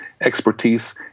expertise